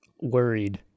worried